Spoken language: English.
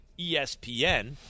ESPN